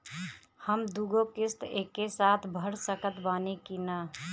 हम दु गो किश्त एके साथ भर सकत बानी की ना?